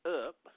up